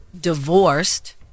divorced